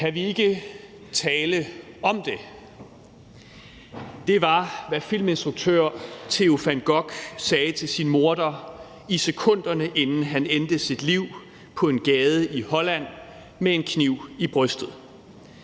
Kan vi ikke tale om det? Det var, hvad filminstruktør Theo van Gogh sagde til sin morder, i sekunderne inden han endte sit liv på en gade i Holland med en kniv i brystet.